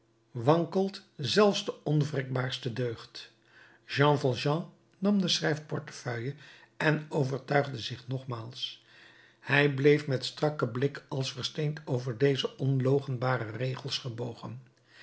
wankelt zelfs de onwrikbaarste deugd jean valjean nam de schrijfportefeuille en overtuigde zich nogmaals hij bleef met strakken blik als versteend over deze onloochenbare regels gebogen